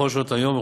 בכל שעות היום,